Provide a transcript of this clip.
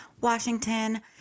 Washington